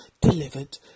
delivered